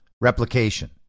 replication